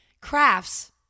Crafts